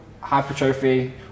hypertrophy